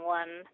one